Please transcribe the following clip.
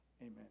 Amen